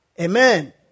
Amen